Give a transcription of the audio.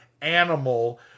Animal